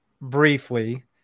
briefly